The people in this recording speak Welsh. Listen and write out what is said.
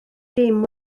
dim